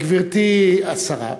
גברתי השרה,